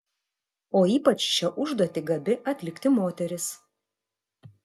o ypač šią užduotį gabi atlikti moteris